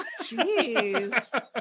Jeez